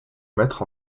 mettre